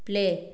play